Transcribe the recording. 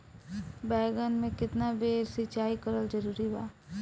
बैगन में केतना बेर सिचाई करल जरूरी बा?